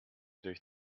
durch